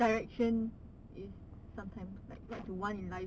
direction is sometimes like what you want in life